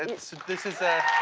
and it's this is